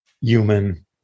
human